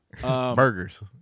Burgers